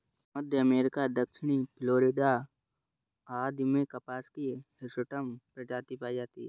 मध्य America, दक्षिणी Florida आदि में कपास की हिर्सुटम प्रजाति पाई जाती है